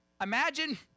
Imagine